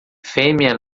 fêmea